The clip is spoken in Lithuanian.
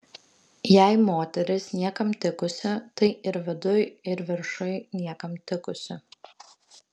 jei moteris niekam tikusi tai ir viduj ir viršuj niekam tikusi